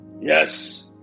yes